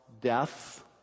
death